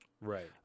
Right